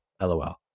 LOL